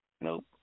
Nope